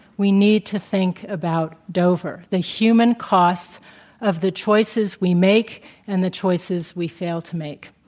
we need to think about dover, the human cost of the choices we make and the choices we fail to make.